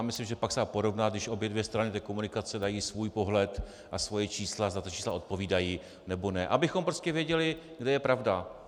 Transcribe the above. Myslím, že pak se dá porovnat, když obě dvě strany komunikace dají svůj pohled a svoje čísla, zda ta čísla odpovídají, nebo ne, abychom věděli, kde je pravda.